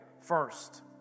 first